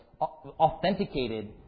authenticated